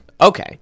Okay